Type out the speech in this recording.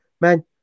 man